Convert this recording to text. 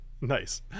Nice